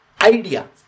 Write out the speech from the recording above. idea